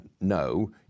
no